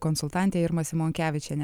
konsultantė irma simonkevičienė